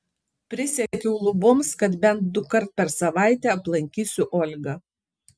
prisiekiau luboms kad bent dukart per savaitę aplankysiu olgą